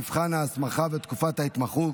מבחן ההסמכה ותקופת ההתמחות),